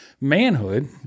manhood